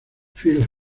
field